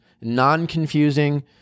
non-confusing